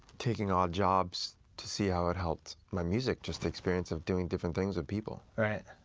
taking odd jobs to see how it helped my music just experience of doing different things with people. right.